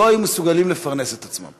לא היו מסוגלים לפרנס את עצמם.